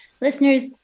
listeners